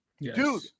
Dude